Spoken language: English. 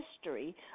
history